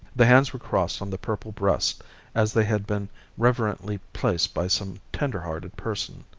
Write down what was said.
the hands were crossed on the purple breast as they had been reverently placed by some tender-hearted person.